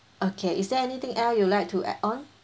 okay is there anything else you'd like to add on